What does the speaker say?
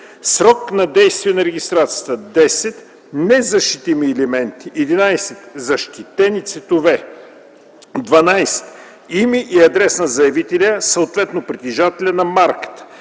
срок на действие на регистрацията; 10. незащитими елементи; 11. защитени цветове; 12. име и адрес на заявителя, съответно притежателя, на марката;